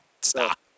Stop